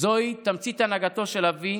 זוהי תמצית הנהגתו של אבי